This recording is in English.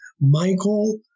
Michael